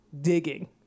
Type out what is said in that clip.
digging